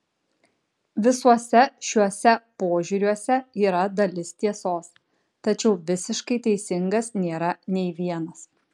visuose šiuose požiūriuose yra dalis tiesos tačiau visiškai teisingas nėra nei vienas